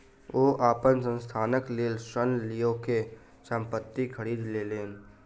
ओ अपन संस्थानक लेल ऋण लअ के संपत्ति खरीद लेलैन